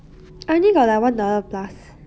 I only got like one dollar plus